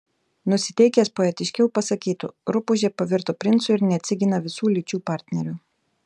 nusiteikęs poetiškiau pasakytų rupūžė pavirto princu ir neatsigina visų lyčių partnerių